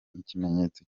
ikimenyetso